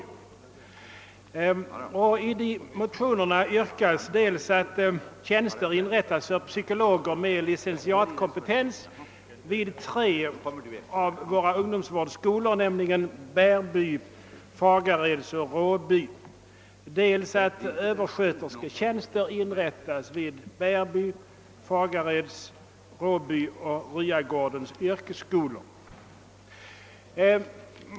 I dessa motioner yrkas dels att tjänster inrättas för psykologer med licentiatkompetens vid tre av våra ungdomsvårdsskolor, nämligen Bärby, Fagareds och Råby yrkesskolor, dels att överskötersketjänster inrättas vid Bärby, Fagareds, Råby och Ryagårdens yrkesskolor.